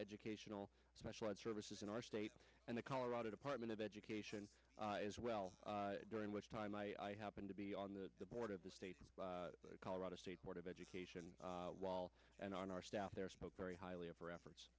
educational specialized services in our state and the colorado department of education as well during which time i happened to be on the board of the state of colorado state board of education while and on our staff there spoke very highly of reference